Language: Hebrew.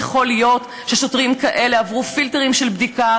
יכול להיות ששוטרים כאלה עברו פילטרים של בדיקה